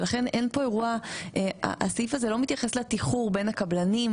ולכן הסעיף הזה לא מתייחס לתיחור בין הקבלנים,